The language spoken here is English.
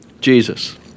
Jesus